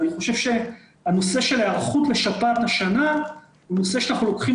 אני חושב שהנושא של היערכות לשפעת השנה הוא נושא שאנחנו לוקחים